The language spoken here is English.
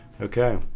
Okay